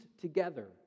together